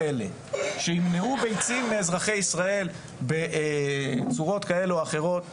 שימנעו ביצים מאזרחי ישראל בצורות כאלה או אחרות,